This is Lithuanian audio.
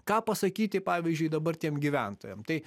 ką pasakyti pavyzdžiui dabar tiem gyventojam tai